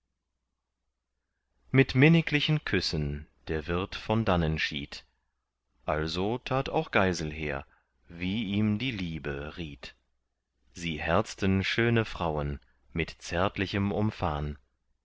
mit minniglichen küssen der wirt von dannen schied also tat auch geiselher wie ihm die liebe riet sie herzten schöne frauen mit zärtlichem umfahn